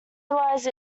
realized